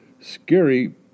Scary